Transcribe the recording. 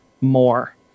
more